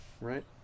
Right